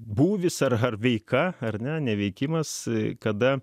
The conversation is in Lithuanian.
būvis ar veika ar ne neveikimas kada